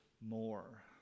more